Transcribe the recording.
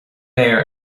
léir